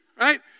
right